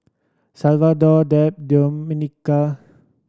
Salvador Deb Domenica